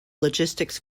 logistics